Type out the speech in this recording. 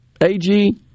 AG